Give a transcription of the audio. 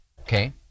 okay